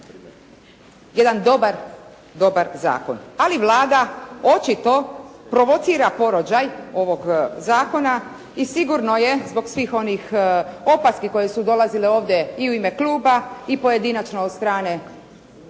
dobar, dobar zakon. Ali Vlada očito provocira porođaj ovog zakona i sigurno je zbog svih onih opaski koje su dolazile ovdje i u ime kluba i pojedinačno od strane